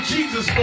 Jesus